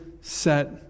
set